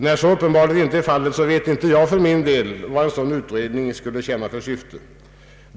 När så uppenbarligen inte är fallet, vet inte jag vad en sådan utredning skulle tjäna för syfte.